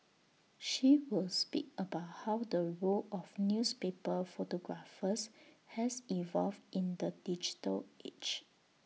she will speak about how the role of newspaper photographers has evolved in the digital age